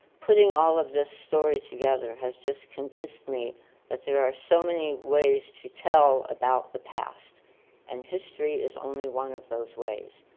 putting all of this story together has just convinced me that they are so many ways to tell about the past and history is only one of those ways.